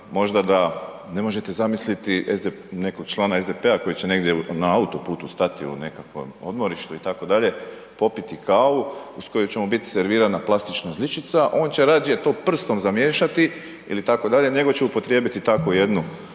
možda da ne možete zamisliti nekog člana SDP-a koji će negdje na autoputu stati u nekakvom odmorištu itd. popiti kavu uz koju će mu bit servirana plastična žličica on će rađe to prstom zamiješati ili tako dalje, nego će upotrijebiti tako jednu